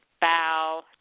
bow